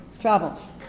travels